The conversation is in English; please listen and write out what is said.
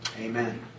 Amen